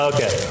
Okay